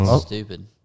stupid